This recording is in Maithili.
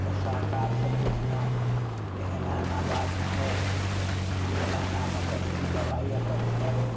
तऽ सहकार सऽ पुछ्लहुॅं जे एना एना बात छै जे एना एना मतलब की दबाइ अकर छै